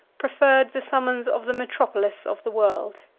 preferred the summons of the metropolis of the world.